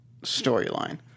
storyline